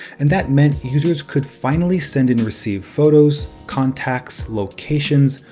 and that meant users could finally send and receive photos, contacts, locations,